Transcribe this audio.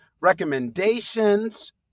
recommendations